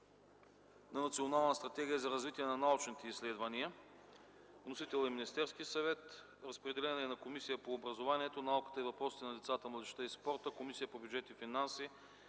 на Национална стратегия за развитие на научните изследвания. Вносител е Министерският съвет. Проектът за решение е разпределен на Комисията по образованието, науката и въпросите на децата, младежта и спорта, на Комисията по бюджет и финанси,